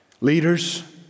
Leaders